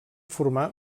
formar